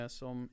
som